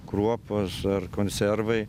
kruopos ar konservai